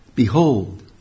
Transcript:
Behold